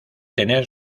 tener